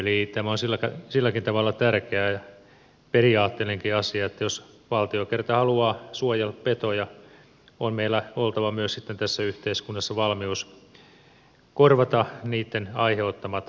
eli tämä on silläkin tavalla tärkeä periaatteellinenkin asia että jos valtio kerran haluaa suojella petoja on meillä oltava myös sitten tässä yhteiskunnassa valmius korvata niitten aiheuttamat vahingot